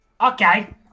Okay